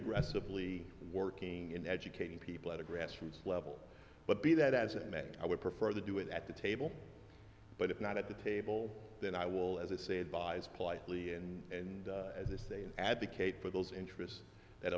aggressively working in educating people at a grassroots level but be that as it may i would prefer to do it at the table but if not at the table then i will as i say advise politely and as they advocate for those interests that